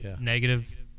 negative